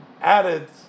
added